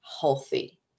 Healthy